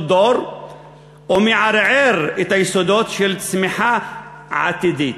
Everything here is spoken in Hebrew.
דור ומערער את היסודות של צמיחה עתידית.